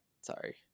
sorry